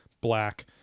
black